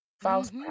false